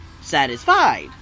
satisfied